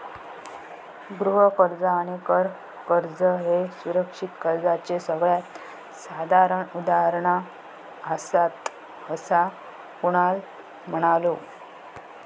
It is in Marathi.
गृह कर्ज आणि कर कर्ज ह्ये सुरक्षित कर्जाचे सगळ्यात साधारण उदाहरणा आसात, असा कुणाल म्हणालो